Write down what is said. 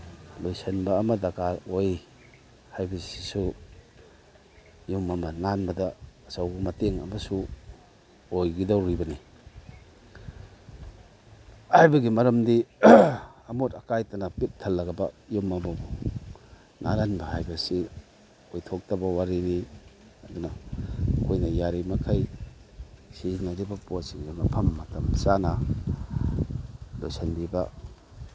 ꯂꯣꯏꯁꯤꯟꯕ ꯑꯃ ꯗꯔꯀꯥꯔ ꯑꯣꯏ ꯍꯥꯏꯕꯁꯤꯁꯨ ꯌꯨꯝ ꯑꯃ ꯅꯥꯟꯕꯗ ꯑꯆꯧꯕ ꯃꯇꯦꯡ ꯑꯃꯁꯨ ꯑꯣꯏꯒꯗꯧꯔꯤꯕꯅꯤ ꯍꯥꯏꯕꯒꯤ ꯃꯔꯝꯗꯤ ꯑꯃꯣꯠ ꯑꯀꯥꯏꯇꯅ ꯄꯤꯛ ꯊꯜꯂꯕ ꯌꯨꯝ ꯑꯃꯕꯨ ꯅꯥꯜꯍꯟꯕ ꯍꯥꯏꯕꯁꯤ ꯑꯣꯏꯊꯣꯛꯇꯕ ꯋꯥꯔꯤꯅꯤ ꯑꯗꯨꯅ ꯑꯩꯈꯣꯏꯅ ꯌꯥꯔꯤꯃꯈꯩ ꯁꯤꯖꯤꯟꯅꯔꯤꯕ ꯄꯣꯠꯁꯤꯡ ꯃꯐꯝ ꯃꯇꯝ ꯆꯥꯅ ꯂꯣꯏꯁꯤꯟꯕꯤꯕ